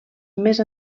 més